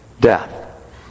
death